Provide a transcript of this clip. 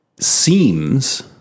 seems